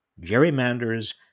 gerrymanders